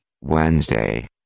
Wednesday